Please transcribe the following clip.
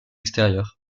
extérieur